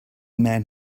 man